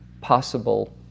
possible